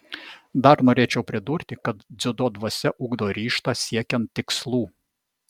dar norėčiau pridurti kad dziudo dvasia ugdo ryžtą siekiant tikslų